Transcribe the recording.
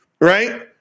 Right